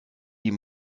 die